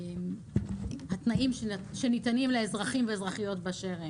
התנאים שניתנים לאזרחים ואזרחיות באשר הם.